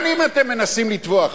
שנים אתם מנסים לטבוח בנו.